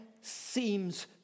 Seems